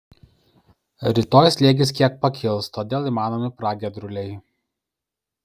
rytoj slėgis kiek pakils todėl įmanomi pragiedruliai